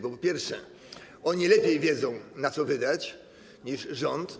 Bo, po pierwsze, oni lepiej wiedzą, na co wydać, niż rząd.